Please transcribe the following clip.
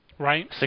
Right